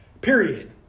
period